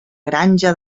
granja